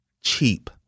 cheap